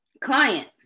Client